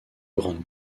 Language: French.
grande